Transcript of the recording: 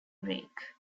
break